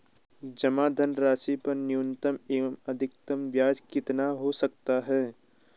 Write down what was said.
जमा धनराशि पर न्यूनतम एवं अधिकतम ब्याज कितना हो सकता है?